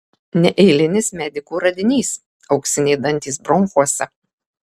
neeilinis medikų radinys auksiniai dantys bronchuose